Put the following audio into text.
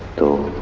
to